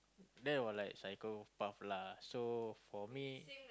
that was like psychopath lah so for me